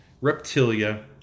Reptilia